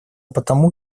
потому